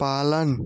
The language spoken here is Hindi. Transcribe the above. पालन